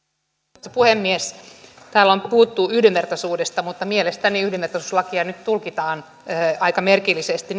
arvoisa puhemies täällä on puhuttu yhdenvertaisuudesta mutta mielestäni yhdenvertaisuuslakia nyt tulkitaan aika merkillisesti